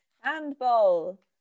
Handball